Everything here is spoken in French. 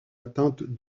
atteinte